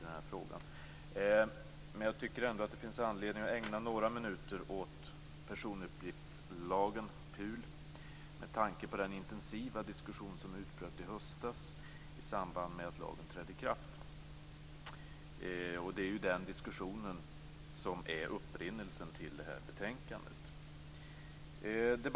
Det är endast genom yttrandefrihet och trygghet i att man har rätt att yttra sig utan risk för repressalier som människor i större utsträckning kan förmås delta i ett offentligt samtal och gemensamt beslutsfattande.